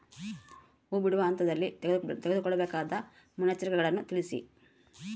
ಹೂ ಬಿಡುವ ಹಂತದಲ್ಲಿ ತೆಗೆದುಕೊಳ್ಳಬೇಕಾದ ಮುನ್ನೆಚ್ಚರಿಕೆಗಳನ್ನು ತಿಳಿಸಿ?